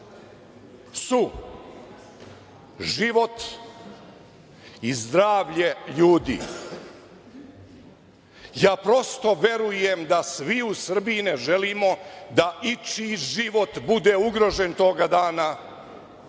su život i zdravlje ljudi. Ja prosto verujem da svi u Srbiji ne želimo da ičiji život bude ugrožen toga dana,